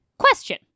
question